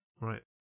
Right